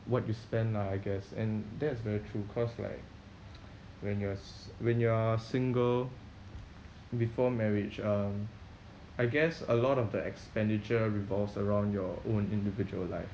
what you spend lah I guess and that's very true cause like when you're s~ when you're single before marriage um I guess a lot of the expenditure revolves around your own individual life